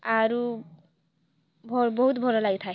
ଆରୁ ଭଲ୍ ବହୁତ୍ ଭଲ ଲାଗିଥାଏ